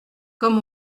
comme